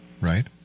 Right